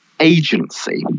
agency